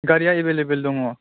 गारिया एबेललेबेल दङ